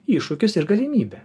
iššūkis ir galimybė